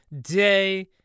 day